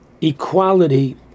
equality